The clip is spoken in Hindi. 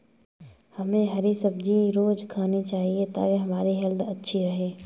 हमे हरी सब्जी रोज़ खानी चाहिए ताकि हमारी हेल्थ अच्छी रहे